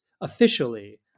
officially